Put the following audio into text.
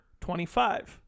25